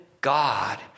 God